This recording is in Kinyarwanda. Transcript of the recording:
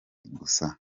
gusa